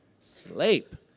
Sleep